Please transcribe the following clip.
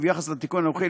וביחס לתיקון הנוכחי,